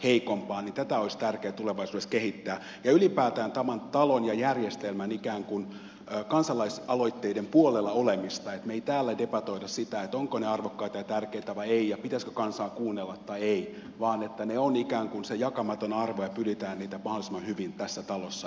tätä olisi tärkeää tulevaisuudessa kehittää ja ylipäätään tämän talon ja järjestelmän ikään kuin kansalaisaloitteiden puolella olemista että me emme täällä debatoi sitä ovatko ne arvokkaita ja tärkeitä vai eivät ja pitäisikö kansaa kuunnella tai ei vaan että ne ovat ikään kuin se jakamaton arvo ja pyritään niitä mahdollisimman hyvin tässä talossa edistämään